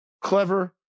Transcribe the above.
clever